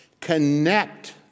connect